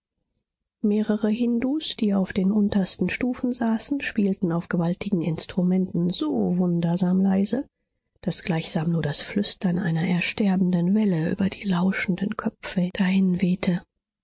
mehrere hindus die auf den untersten stufen saßen spielten auf gewaltigen instrumenten so wundersam leise daß gleichsam nur das flüstern einer ersterbenden welle über die lauschenden köpfe